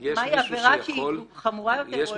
מהי עבירה שהיא חמורה יותר.